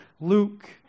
Luke